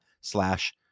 slash